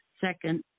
Second